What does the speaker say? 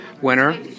winner